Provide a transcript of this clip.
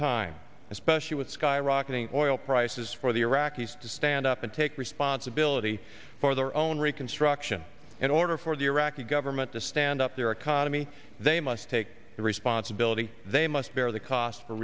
time especially with skyrocketing oil prices for the iraqis to stand up and take responsibility for their own reconstruction in order for the iraqi government to stand up their economy they must take the responsibility they must bear the cost for